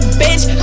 bitch